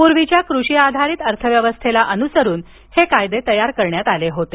पूर्वीच्या कृषी आधारित अर्थव्यवस्थेला अनुसरून हे कायदे तयार करण्यात आले होते